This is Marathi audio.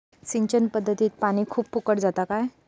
सिंचन पध्दतीत पानी खूप फुकट जाता काय?